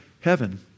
heaven